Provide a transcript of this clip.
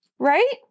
Right